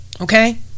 okay